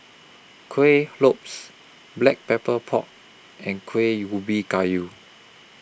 Kuih Lopes Black Pepper Pork and Kuih Ubi Kayu